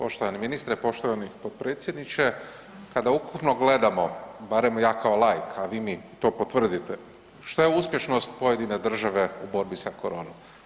Poštovani ministre, poštovani potpredsjedniče, kada ukupno gledamo, barem ja kao laik, a vi mi to potvrdite, šta je uspješnost pojedine države u borbi sa koronom.